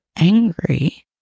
angry